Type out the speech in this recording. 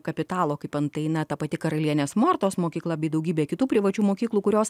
kapitalo kaip antai ta pati karalienės mortos mokykla bei daugybė kitų privačių mokyklų kurios